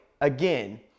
again